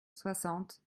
soixante